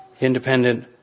independent